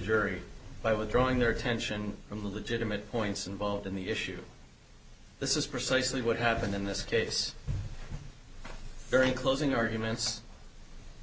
jury by withdrawing their attention from legitimate points involved in the issue this is precisely what happened in this case very closing arguments